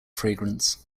fragrance